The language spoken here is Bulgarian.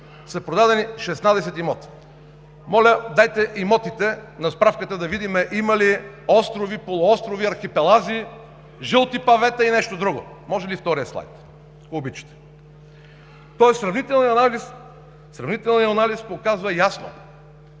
са продадени шестнадесет имота. Моля, дайте имотите на справката, да видим има ли острови, полуострови, архипелази, жълти павета и нещо друго! Може ли вторият слайд, ако обичате? Сравнителният анализ показва ясно,